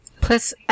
Plus